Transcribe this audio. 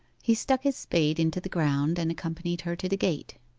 he stuck his spade into the ground, and accompanied her to the gate.